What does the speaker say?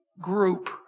group